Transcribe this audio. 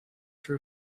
her